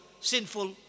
sinful